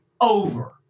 over